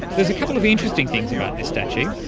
there's a couple of interesting things about this statue,